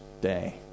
day